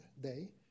day